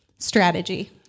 strategy